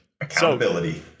Accountability